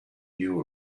new